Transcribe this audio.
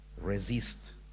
resist